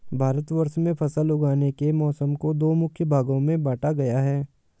भारतवर्ष में फसल उगाने के मौसम को दो मुख्य भागों में बांटा गया है